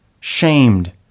shamed